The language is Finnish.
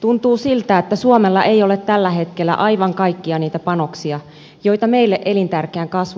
tuntuu siltä että suomella ei ole tällä hetkellä aivan kaikkia niitä panoksia joita meille elintärkeään kasvuun tarvittaisiin